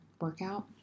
workout